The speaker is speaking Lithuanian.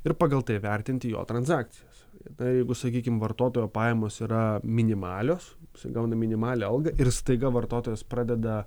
ir pagal tai vertinti jo transakcijas tai jeigu sakykim vartotojo pajamos yra minimalios gauna minimalią algą ir staiga vartotojas pradeda